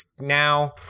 now